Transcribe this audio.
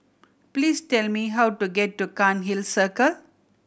please tell me how to get to Cairnhill Circle